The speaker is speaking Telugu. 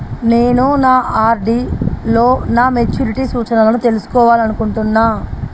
నేను నా ఆర్.డి లో నా మెచ్యూరిటీ సూచనలను తెలుసుకోవాలనుకుంటున్నా